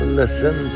listen